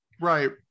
Right